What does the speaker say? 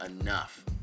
enough